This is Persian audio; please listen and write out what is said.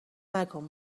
نکن